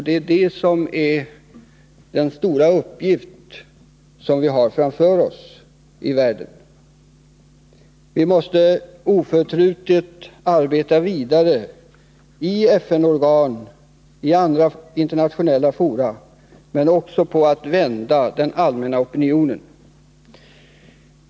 Det är den stora uppgift som vi har framför oss i världen. Vi måste oförtrutet arbeta vidare i FN-organ och inför andra internationella fora, men vi måste också arbeta på att mobilisera den allmänna opinionen.